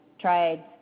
tried